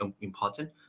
important